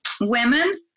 women